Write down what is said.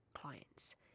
clients